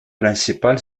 principal